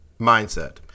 mindset